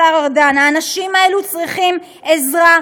השר ארדן: האנשים האלה צריכים עזרה,